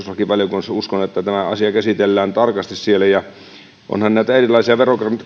että tämä asia käsitellään tarkasti siellä onhan näitä erilaisia verokantoja ollut ennenkin eihän